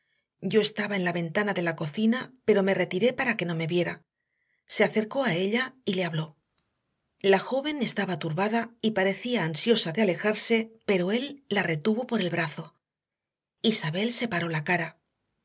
yo estaba en la ventana de la cocina pero me retiré para que no me viera se acercó a ella y le habló la joven estaba turbada y parecía ansiosa de alejarse pero él la retuvo por el brazo isabel separó la cara